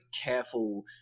careful